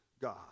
God